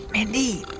mindy,